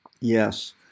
Yes